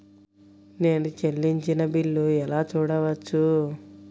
నేను చెల్లించిన బిల్లు ఎలా చూడవచ్చు?